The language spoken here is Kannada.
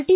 ಟಿ